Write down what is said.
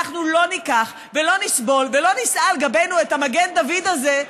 אנחנו לא ניקח ולא נסבול ולא נישא על גבנו את המגן דוד הזה,